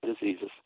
diseases